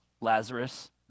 Lazarus